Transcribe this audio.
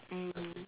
um